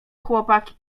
chłopak